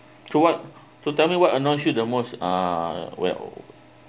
throughout so tell me what annoys you the most uh well